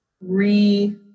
re